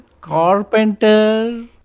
Carpenter